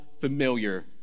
familiar